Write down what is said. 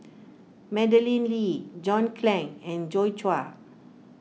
Madeleine Lee John Clang and Joi Chua